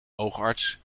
oogarts